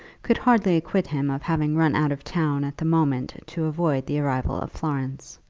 could hardly acquit him of having run out of town at the moment to avoid the arrival of florence.